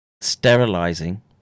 sterilizing